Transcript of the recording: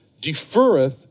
deferreth